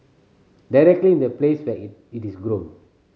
directly in the place where it it is grown